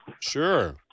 Sure